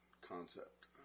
concept